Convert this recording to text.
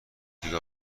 دیگه